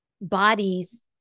bodies